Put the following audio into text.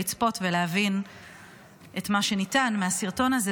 לצפות ולהבין את מה שניתן מהסרטון הזה,